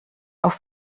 auf